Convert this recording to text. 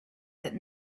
that